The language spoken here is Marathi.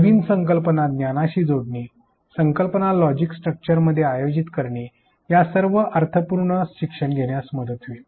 नवीन कल्पना ज्ञानाशी जोडणे कल्पना लॉजिकल स्ट्रक्चरमध्ये आयोजित करणे या सर्वांची अर्थपूर्ण शिक्षण घेण्यास मदत होईल